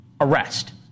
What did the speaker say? arrest